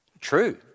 True